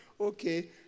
Okay